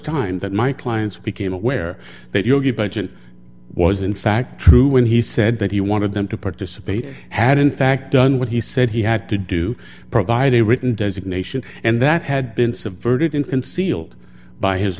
time that my clients became aware that your budget was in fact true when he said that he wanted them to participate had in fact done what he said he had to do provide a written designation and that had been subverted in concealed by his